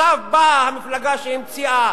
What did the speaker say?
ועכשיו באה המפלגה שהמציאה